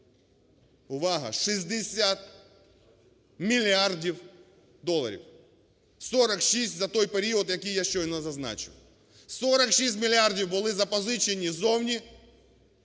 Увага: 60 мільярдів доларів! 46 за той період, який я щойно зазначив. 46 мільярдів були запозичені ззовні,